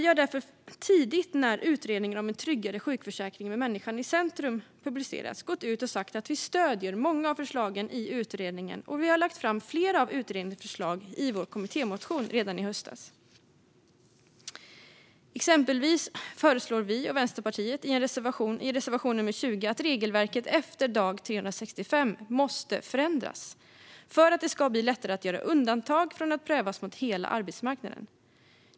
Vi gick därför tidigt när utredningen En tryggare sjukförsäkring med människan i centrum publicerade sitt slutbetänkande ut med att vi stöder många av förslagen i utredningen, och vi lade fram flera av utredningens förslag i vår kommittémotion redan i höstas. Exempelvis framhåller vi och Vänsterpartiet i reservation 20 att regelverket efter dag 365 måste förändras för att det ska bli lättare att göra undantag från att pröva mot hela arbetsmarknaden.